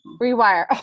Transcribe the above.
rewire